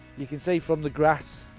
you can see from the grass,